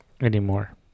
anymore